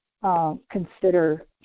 Consider